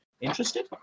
Interested